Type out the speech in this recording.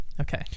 Okay